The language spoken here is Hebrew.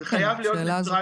זה חייב להיות נייטרלי.